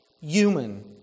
human